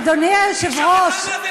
אדוני היושב-ראש,